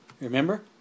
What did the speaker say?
Remember